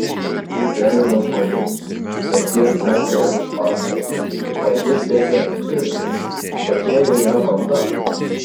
jis bėga nuo žmonių bet tie seka jam iš paskos mat jis bėga pirm jų tokia jie yra banda